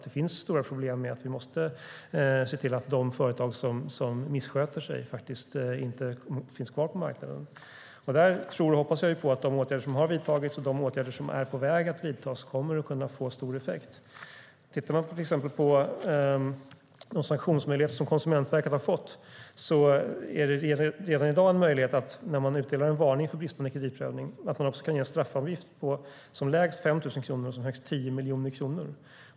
Det finns stora problem med att få bort de företag som missköter sig från marknaden. Jag tror och hoppas att de åtgärder som har vidtagits och de åtgärder som är på väg att vidtas kommer att få stor effekt. De sanktionsmöjligheter som Konsumentverket har redan i dag innebär en möjlighet att i samband med en varning för bristande kreditprövning utdöma en straffavgift på som lägst 5 000 kronor och som högst 10 miljoner kronor.